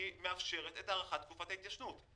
מאפשרת את הארכת תקופת ההתיישנות.